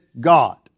God